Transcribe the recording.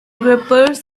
grippers